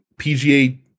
PGA